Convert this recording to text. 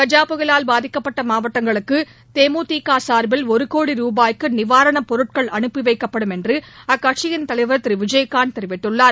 கஜா புயலால் பாதிக்கப்பட்ட மாவட்டங்களுக்கு தேமுதிக சார்பாக ஒரு கோடி ரூபாய்க்கு நிவாரண பொருட்கள் அனுப்பி வைக்கப்படும் என்று அக்கட்சியின் தலைவர் திரு விஜயகாந்த் தெரிவித்துள்ளார்